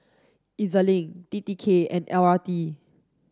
E Z Link T T K and L R T